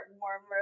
warmer